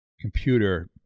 computer